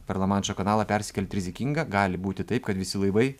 per lamanšo kanalą persikelt rizikinga gali būti taip kad visi laivai